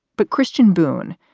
but christian boone.